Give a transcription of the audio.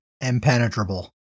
impenetrable